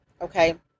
okay